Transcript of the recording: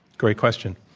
great question.